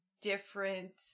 different